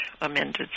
amended